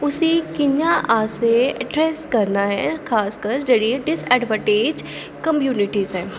उस्सी कि'यां असें एड्रेस करना ऐ खासकर जेह्ड़े डिसएडवेंटेज़ कम्युनिटी ऐ